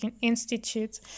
Institute